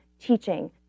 teaching